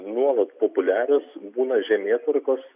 nuolat populiarios būna žemėtvarkos